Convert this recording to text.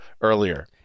earlier